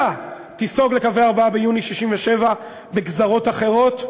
תיסוג לקווי 4 ביוני 1967 בגזרות אחרות,